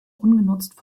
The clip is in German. ungenutzt